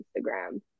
Instagram